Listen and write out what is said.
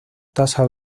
tasa